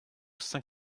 cinq